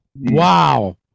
Wow